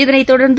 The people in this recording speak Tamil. இதளைத்தொடர்ந்து